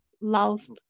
lost